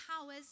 powers